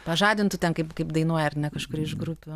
pažadintų ten kaip kaip dainuoja ar ne kažkuri iš grupių